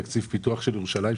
תקציב פיתוח של ירושלים,